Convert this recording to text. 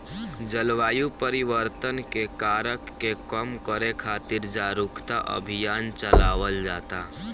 जलवायु परिवर्तन के कारक के कम करे खातिर जारुकता अभियान चलावल जाता